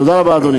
תודה רבה, אדוני.